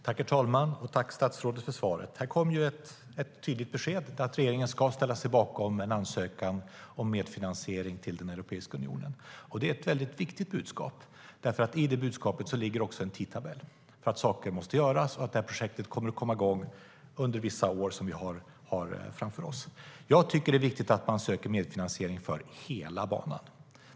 Herr talman! Tack, statsrådet, för svaret! Här kom ett tydligt besked att regeringen ska ställa sig bakom en ansökan om medfinansiering till Europeiska unionen. Det är ett väldigt viktigt budskap, därför att i det budskapet ligger också en tidtabell för att saker måste göras och att det här projektet kommer att komma igång under vissa år som vi har framför oss. Jag tycker att det är viktigt att man söker medfinansiering för hela banan.